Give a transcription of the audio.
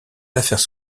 affaires